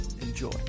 Enjoy